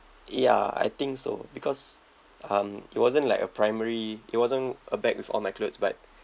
ya I think so because um it wasn't like a primary it wasn't a bag with all my clothes but